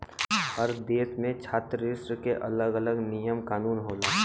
हर देस में छात्र ऋण के अलग अलग नियम कानून होला